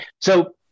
So-